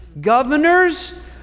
governors